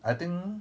I think